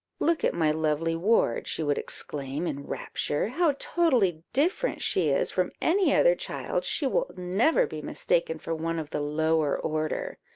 look at my lovely ward, she would exclaim, in rapture how totally different she is from any other child! she will never be mistaken for one of the lower order!